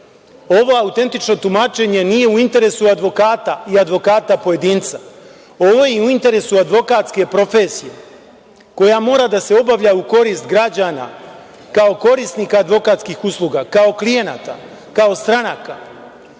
ovo autentično tumačenje nije u interesu advokata i advokata pojedinca, ovo je u interesu advokatske profesije, koja mora da se obavlja u korist građana, kao korisnika advokatskih usluga, kao klijenata, kao stranaka.